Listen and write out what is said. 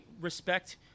respect